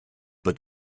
but